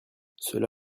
cela